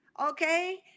okay